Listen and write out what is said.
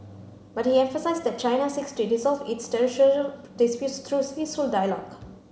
but he emphasised that China seeks to resolve its disputes through peaceful dialogue